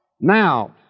Now